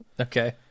Okay